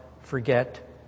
forget